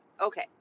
Okay